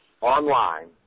online